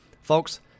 Folks